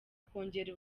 kongera